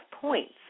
points